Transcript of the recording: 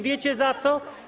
Wiecie, za co?